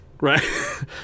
Right